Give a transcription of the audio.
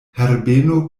herbeno